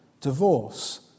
divorce